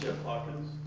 hawkins.